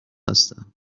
هستم